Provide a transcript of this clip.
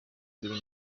ngira